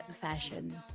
fashion